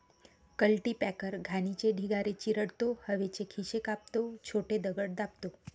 cultipacker घाणीचे ढिगारे चिरडतो, हवेचे खिसे काढतो, छोटे दगड दाबतो